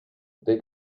they